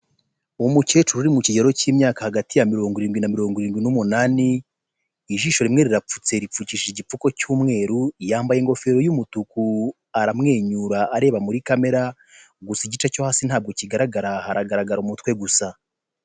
Umukecuru uri mu kigero cy'imyaka hagati ya mirongo irindwi na mirongo irindwi n'umunani, ijisho rimwe rirapfutse ripfukishije igipfuko cy'umweru, yambaye ingofero y'umutuku aramwenyura areba muri kamera, gusa igice cyo hasi ntabwo kigaragara haragaragara umutwe gusa.